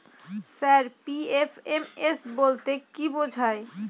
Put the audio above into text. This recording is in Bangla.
স্যার পি.এফ.এম.এস বলতে কি বোঝায়?